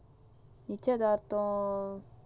நிச்சயதார்த்தம்:nichayathartham